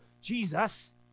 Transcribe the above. Jesus